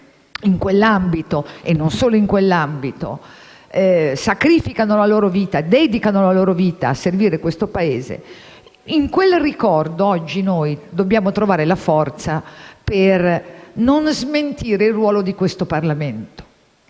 in quell'ambito e non solo sacrificano e dedicano la loro vita a servire questo Paese, in quel ricordo oggi dobbiamo trovare la forza per non smentire il ruolo di questo Parlamento.